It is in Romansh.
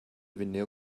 vegniu